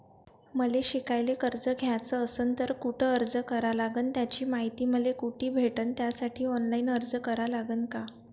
मले शिकायले कर्ज घ्याच असन तर कुठ अर्ज करा लागन त्याची मायती मले कुठी भेटन त्यासाठी ऑनलाईन अर्ज करा लागन का?